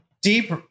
deep